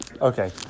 Okay